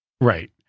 Right